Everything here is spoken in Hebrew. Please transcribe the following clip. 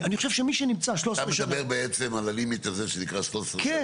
אתה מדבר על ההגבלה של 13 השנים.